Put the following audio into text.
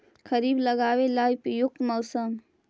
खरिफ लगाबे ला उपयुकत मौसम?